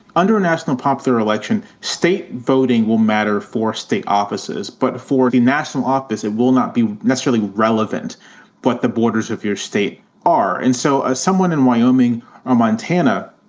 under national popular election, state voting will matter for state offices, but for a national office, it will not be necessarily relevant what the borders of your state are. and so ah someone in wyoming or montana,